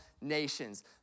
nations